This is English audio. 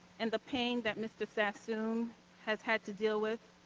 and the pain that mr. sassoon has had to deal with,